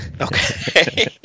Okay